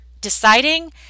deciding